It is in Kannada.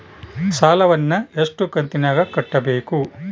ಸಾಲವನ್ನ ಎಷ್ಟು ಕಂತಿನಾಗ ಕಟ್ಟಬೇಕು?